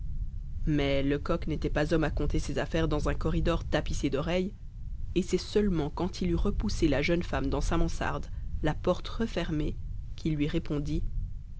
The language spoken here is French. mais lecoq n'était pas homme à conter ses affaires dans un corridor tapissé d'oreilles et c'est seulement quand il eut repoussé la jeune femme dans sa mansarde la porte refermée qu'il lui répondit